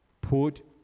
put